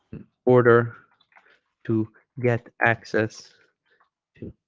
order to get access to